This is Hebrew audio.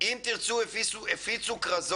"אם תרצו"